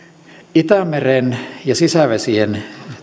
itämeren ja sisävesien